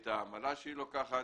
את העמלה שהיא לוקחת